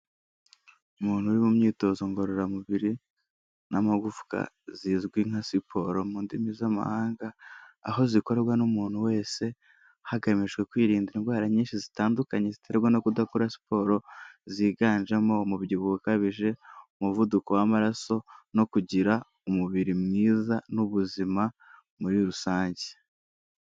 Umuntu uri mu myitozo ngororamubiri n'amagufwa zizwi nka siporo mu ndimi z'amahanga, aho zikorwa n'umuntu wese hagamijwe kwirinda indwara nyinshi zitandukanye ziterwa no kudakora siporo, ziganjemo umubyibuho ukabije, umuvuduko w'amaraso no kugira umubiri mwiza n'ubuzima muri rusange.